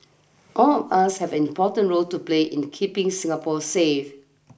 all of us have an important role to play in keeping Singapore safe